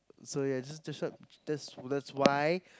so ya just show just that's why